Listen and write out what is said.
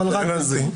אבל רק בזה.